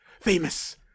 famous